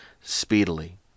speedily